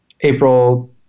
April